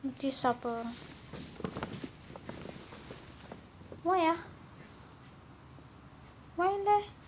notice apa why ah why leh